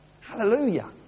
Hallelujah